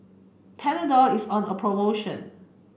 Panadol is on a promotion